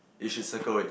you should circle it